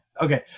Okay